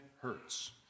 hurts